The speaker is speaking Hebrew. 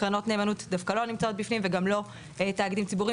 קרנות נאמנות דווקא לא נמצאות בפנים וגם לא תאגידים ציבוריים